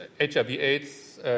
HIV-AIDS